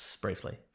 Briefly